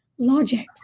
logics